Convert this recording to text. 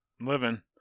living